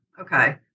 Okay